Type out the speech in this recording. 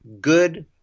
good